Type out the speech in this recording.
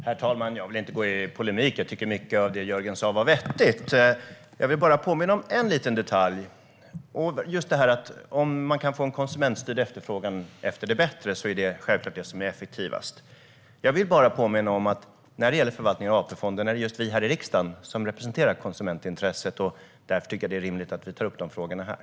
Herr talman! Jag vill inte gå i polemik; jag tycker att mycket av det Jörgen sa var vettigt. Jag vill bara påminna om en liten detalj: Om man kan få en konsumentstyrd efterfrågan på det som är bättre är det självklart det effektivaste. När det gäller förvaltningen av AP-fonden är det dock vi här i riksdagen som representerar konsumentintresset, och därför tycker jag att det är rimligt att vi tar upp de frågorna här.